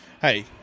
Hey